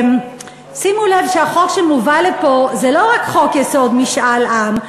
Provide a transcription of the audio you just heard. שימו לב שהחוק שמובא לפה זה לא רק חוק-יסוד: משאל עם.